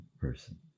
person